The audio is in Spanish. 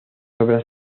obras